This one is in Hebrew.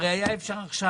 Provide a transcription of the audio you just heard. הרי היה אפשר עכשיו,